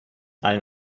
allen